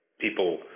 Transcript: people